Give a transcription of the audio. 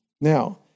Now